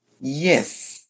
Yes